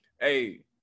Hey